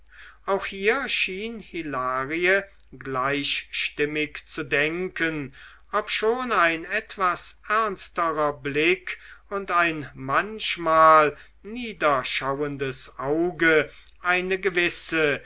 auch hierin schien hilarie gleichstimmig zu denken obschon ein etwas ernsterer blick und ein manchmal niederschauendes auge eine gewisse